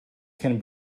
can